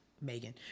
Megan